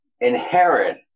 inherit